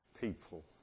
people